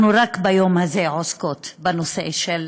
שרק ביום הזה אנחנו עוסקות בנושא של